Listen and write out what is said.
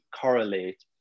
correlate